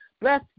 Bless